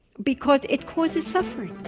because it causes suffering.